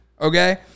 okay